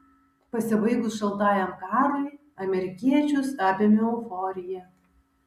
pasibaigus šaltajam karui amerikiečius apėmė euforija